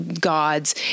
gods